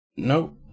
Nope